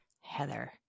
Heather